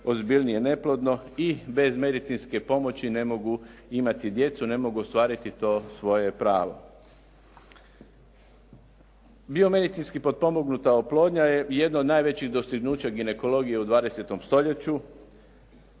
ozbiljnije neplodno i bez medicinske pomoći ne mogu imati djecu, ne mogu ostvariti to svoje pravo. Biomedicinski potpomognuta oplodnja je jedno od najvećih dostignuća ginekologije u 20. stoljeću.